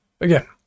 Again